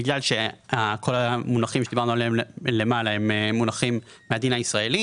בגלל שכל המונחים שדיברנו עליהם למעלה הם מונחים מהדין הישראלי,